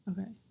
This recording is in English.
Okay